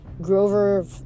Grover